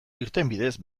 irtenbideez